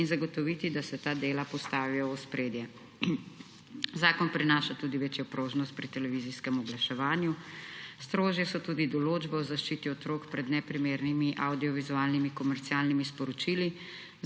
in zagotoviti, da se ta dela postavijo v ospredje. Zakon prinaša tudi večjo prožnost pri televizijskem oglaševanju, strožje so tudi določbe o zaščiti otrok pred neprimernimi avdiovizualnimi komercialnimi sporočili